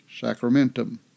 sacramentum